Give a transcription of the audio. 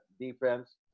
defense